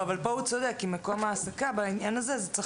אבל פה הוא צודק כי מקום העסקה בעניין הזה צריך להיות יותר ברור.